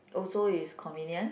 also is convenient